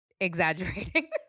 exaggerating